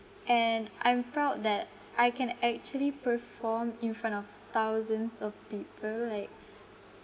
and I'm proud that I can actually perform in front of thousands of people like